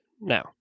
Now